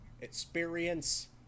Experience